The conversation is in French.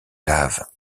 lave